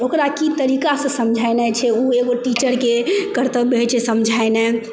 ओकरा कि तरीकासँ समझेनाइ छै ओ एगो टीचरके कर्तव्य होइ छै समझेनाइ